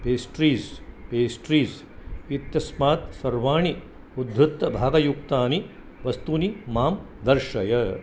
pastries pastries इत्यस्मात् सर्वाणि उद्धृतभागयुक्तानि वस्तूनि मां दर्शय